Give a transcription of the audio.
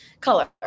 color